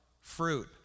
Fruit